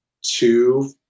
two